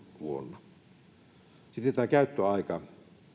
vuonna kaksituhattakaksikymmentä sitten tämä käyttöaika